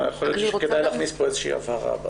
יכול להיות שכדאי להכניס פה איזושהי הבהרה בחוק.